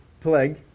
Plague